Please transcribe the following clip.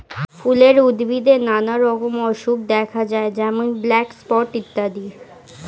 ফুলের উদ্ভিদে নানা রকম অসুখ দেখা যায় যেমন ব্ল্যাক স্পট ইত্যাদি